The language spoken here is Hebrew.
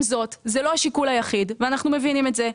עם זאת זה לא השיקול היחיד ואנחנו מבינים את זה,